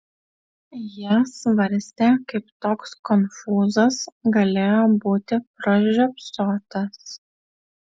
jie svarstė kaip toks konfūzas galėjo būti pražiopsotas